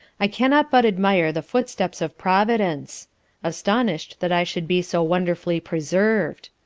i cannot but admire the footsteps of providence astonish'd that i should be so wonderfully preserved!